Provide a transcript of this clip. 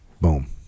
boom